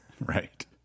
right